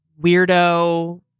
weirdo